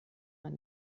man